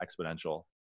exponential